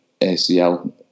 ACL